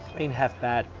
ain't half-bad.